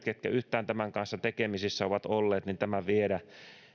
ketkä yhtään tämän kanssa tekemisissä olemme olleet olemme kyllä halunneet tämän viedä